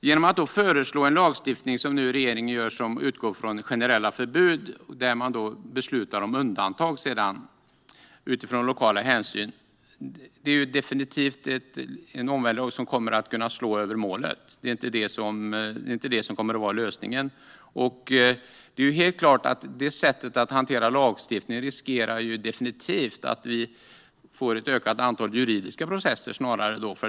Genom att - som regeringen nu gör - föreslå en lagstiftning som utgår från generella förbud, där man sedan beslutar om undantag utifrån lokala hänsynstaganden, riskerar man att slå över målet. Detta är inte lösningen. Det sättet att hantera lagstiftning riskerar definitivt att resultera i ett ökat antal juridiska processer.